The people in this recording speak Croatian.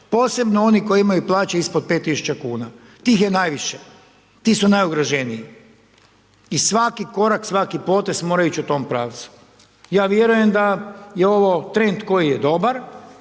posebno oni koji imaju plaće ispod 5.000,00 kn, tih je najviše, ti su najugroženiji, i svaki korak, svaki potez mora ići u tom pravcu. Ja vjerujem da je ovo trend koji je dobar